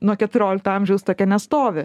nuo keturiolikto amžiaus tokia nestovi